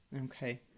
Okay